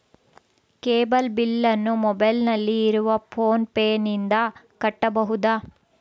Cable ಬಿಲ್ಲನ್ನು ಮೊಬೈಲಿನಲ್ಲಿ ಇರುವ ಫೋನ್ ಪೇನಿಂದ ಕಟ್ಟಬಹುದಾ?